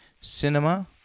Cinema